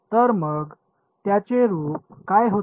तर मग त्याचे रूप काय होते